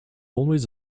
always